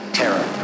terror